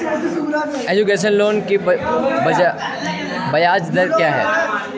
Education loan की ब्याज दर क्या है?